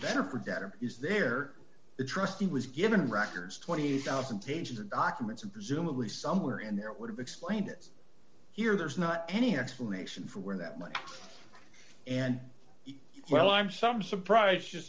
debtor is there a trustee was given records twenty thousand pages of documents and presumably somewhere in there it would have explained it here there's not any explanation for where that money and well i'm some surprise